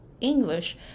English